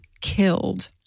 killed